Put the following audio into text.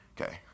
Okay